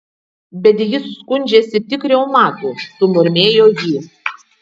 bet jis skundžiasi tik reumatu sumurmėjo ji